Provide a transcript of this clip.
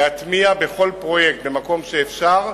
להטמיע בכל פרויקט, במקום שאפשר,